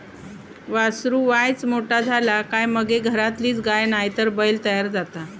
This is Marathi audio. वासरू वायच मोठा झाला काय मगे घरातलीच गाय नायतर बैल तयार जाता